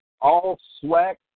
all-swag